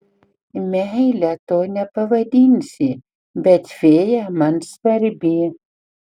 meile to nepavadinsi bet fėja man svarbi